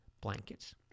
blankets